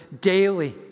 daily